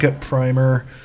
primer